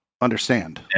understand